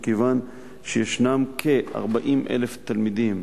מכיוון שישנם כ-40,000 תלמידים